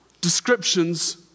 descriptions